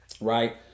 Right